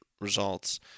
results